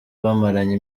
bamaranye